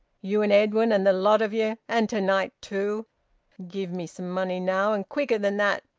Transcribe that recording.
you and edwin, and the lot of ye! and to-night too! give me some money now, and quicker than that!